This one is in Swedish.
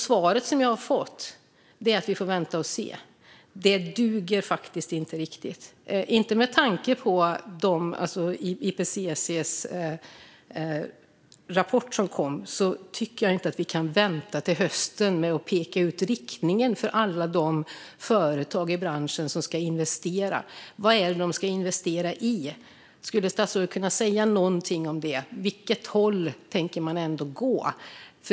Svaret som jag har fått är att vi får vänta och se. Det duger inte riktigt. Med tanke på IPCC:s rapport som kom tycker jag inte att vi kan vänta till hösten med att peka ut riktningen för alla de företag i branschen som ska investera. Vad är det de ska investera i? Skulle statsrådet kunna säga någonting om det? Åt vilket håll tänker man gå?